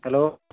hello